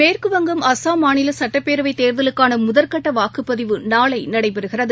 மேற்குவங்கம் அஸ்ஸாம் மாநிலசட்டப்பேரவைத்தேர்தலுக்கானமுதற்கட்டவாக்குப்பதிவு நாளைநடைபெறுகிறது